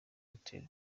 hotel